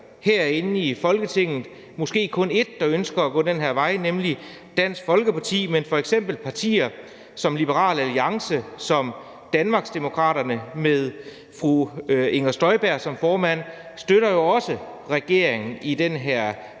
herinde i Folketinget, måske kun ét, der ønsker at gå den her vej, nemlig Dansk Folkeparti. F.eks. støtter partier som Liberal Alliance og Danmarksdemokraterne med fru Inger Støjberg som formand jo også regeringen i den her